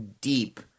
deep